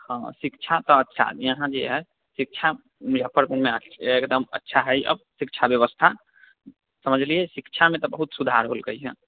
हँ शिक्षा तऽ अच्छा यहाँ जे हइ शिक्षा मुजफ्फरपुरमे अच्छा एकदम अच्छा हइ अब शिक्षा बेबस्था समझलिए शिक्षामे तऽ बहुत सुधार होलै हइ